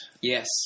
Yes